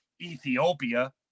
Ethiopia